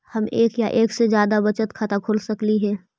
हम एक या एक से जादा बचत खाता खोल सकली हे?